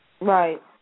Right